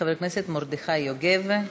חבר הכנסת מרדכי יוגב.